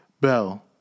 bell